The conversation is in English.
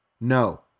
No